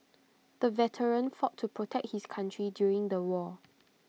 the veteran fought to protect his country during the war